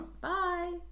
bye